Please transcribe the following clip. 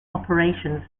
operations